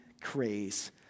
craze